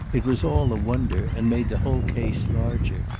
it was all a wonder and made the whole case larger.